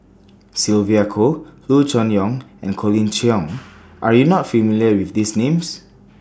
Sylvia Kho Loo Choon Yong and Colin Cheong Are YOU not familiar with These Names